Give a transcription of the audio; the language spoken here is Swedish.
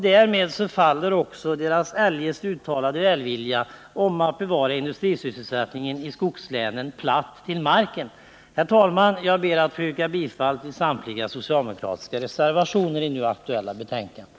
Därmed faller deras uttalade välvilja när det gäller att bevara industrisysselsättningen i skogslänen platt till marken. Herr talman! Jag ber att få yrka bifall till samtliga socialdemokratiska reservationer i det aktuella betänkandet.